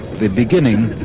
the beginning,